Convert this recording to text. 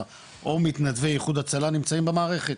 או מתנדבי איוד הצלה נמצאים במערכת.